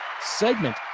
segment